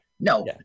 no